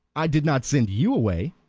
i did not send you away.